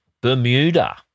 Bermuda